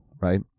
right